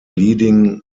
leading